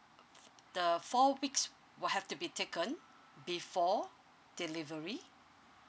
the four weeks will have to be taken before delivery